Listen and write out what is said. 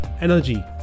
energy